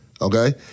okay